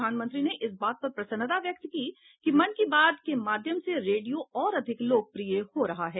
प्रधानमंत्री ने इस बात पर प्रसन्नता व्यक्त की कि मन की बात के माध्यम से रेडियो और अधिक लोकप्रिय हो रहा है